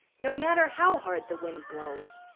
no matter how hard the wind blows.